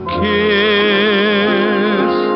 kiss